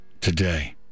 today